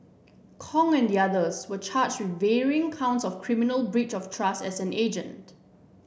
Kong and the others were charge with varying counts of criminal breach of trust as an agent